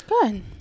good